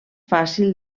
fàcil